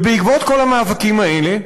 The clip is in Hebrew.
ובעקבות כל המאבקים האלה